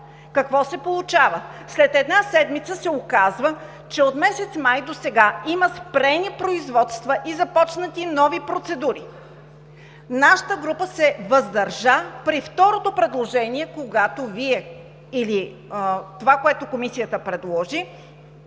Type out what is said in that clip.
Какво се получава обаче? След една седмица се оказва, че от месец май досега има спрени производства и започнати нови процедури. Нашата група се „въздържа“ при второто предложение или това, което Комисията предложи,